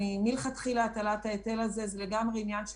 מלכתחילה הטלת ההיטל הזה זה לגמרי עניין של